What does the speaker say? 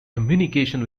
communication